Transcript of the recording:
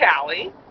Callie